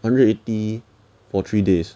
hundred eighty for three days